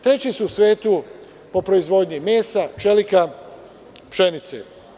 Treći su u svetu po proizvodnji mesa, čelika, pšenice.